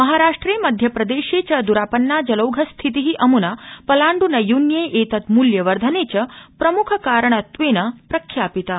महाराष्ट्रे मध्यप्रदेश च द्रा न्ना जलौघस्थिति अम्ना सलाण्ड्नैयून्ये एतत् मूल्यवर्धने च प्रम्खकारणत्वे प्रख्यापिता